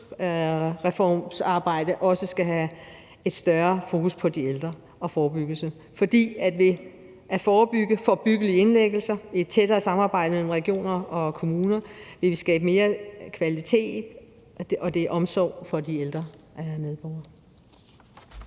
sundhedsreformsarbejde også have et større fokus på de ældre og forebyggelse. For ved at forebygge forebyggelige indlæggelser i et tættere samarbejde mellem regioner og kommuner vil vi skabe mere kvalitet, og det er omsorg for de ældre medborgere.